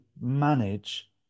manage